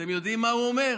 אתם יודעים מה הוא אומר?